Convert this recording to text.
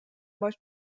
باهاش